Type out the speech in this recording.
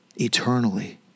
eternally